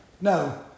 No